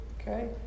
okay